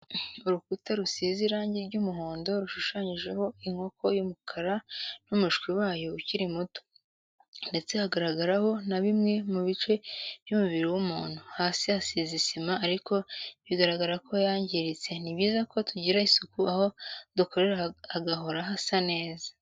Urukuta rusize irangi ry'umuhondo rushushanyijeho inkoko y'umukara n'umushwi wayo ukiri muto, ndetse hagaragaraho na bimwe mu bice by'umubiri w'umuntu, hasi hasize isima ariko bigaragara ko yangiritse, ni byiza ko tugirira isuku aho dukorera hagahora hasa neza.